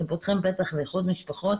אתם פותחים פתח לאיחוד משפחות,